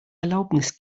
erlaubnis